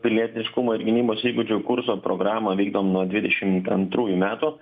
pilietiškumo ir gynybos įgūdžių kurso programą vykdom nuo dvidešimt antrųjų metų